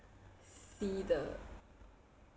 see the